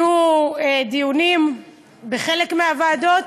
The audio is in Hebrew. יהיו דיונים בחלק מהוועדות,